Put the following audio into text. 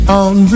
on